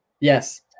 Yes